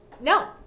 no